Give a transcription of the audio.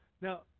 Now